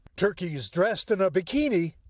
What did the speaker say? turkeys dressed in a bikini,